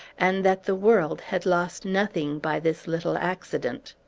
and that the world had lost nothing by this little accident.